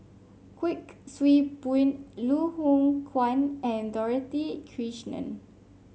Kuik Swee Boon Loh Hoong Kwan and Dorothy Krishnan